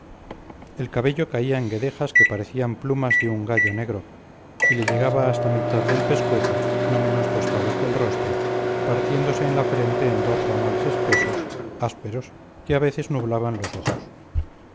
el cabello caía en guedejas que parecían plumas de un gallo negro y le llegaba hasta mitad del pescuezo no menos tostado que el rostro partiéndose en la frente en dos ramales espesos ásperos que a veces nublaban los ojos